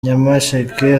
nyamasheke